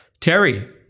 Terry